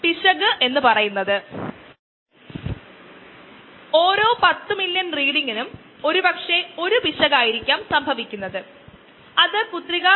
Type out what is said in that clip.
ഉയർന്ന വളർച്ചാ നിരക്കും നിർദ്ദിഷ്ട വളർച്ചാ നിരക്കും കാണുന്നു ഒരു ആമുഖ കോഴ്സിൽ ഇത് അറിയുന്നത് നല്ലതാണ്